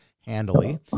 handily